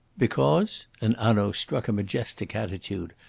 because and hanaud struck a majestic attitude,